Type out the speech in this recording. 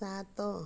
ସାତ